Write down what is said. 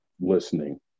listening